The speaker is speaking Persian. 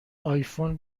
آیفون